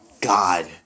God